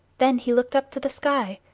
then he looked up to the sky,